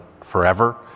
forever